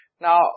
Now